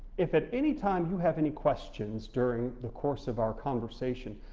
if at anytime you have any questions during the course of our conversation,